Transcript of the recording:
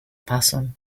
person